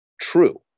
true